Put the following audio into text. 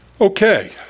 Okay